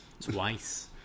Twice